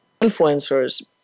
influencers